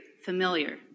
familiar